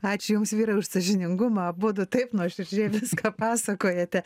ačiū jums vyrai už sąžiningumą abudu taip nuoširdžiai viską pasakojate